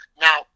now